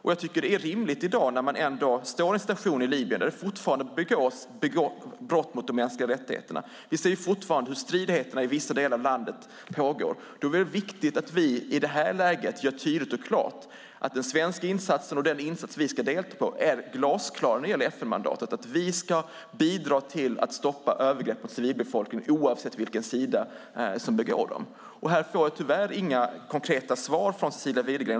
Jag tycker att det är rimligt i dag när Libyen står i situationen att det fortfarande begås brott mot de mänskliga rättigheterna - vi ser fortfarande hur stridigheter i vissa delar av landet pågår - att vi gör tydligt och klart att den svenska insatsen och den insats som vi ska delta i är glasklar när det gäller FN-mandatet, att vi ska bidra till att stoppa övergrepp mot civilbefolkningen oavsett vilken sida som begår dem. Här får jag tyvärr inga konkreta svar från Cecilia Widegren.